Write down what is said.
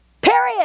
Period